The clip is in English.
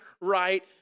right